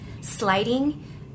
sliding